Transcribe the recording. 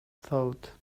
thought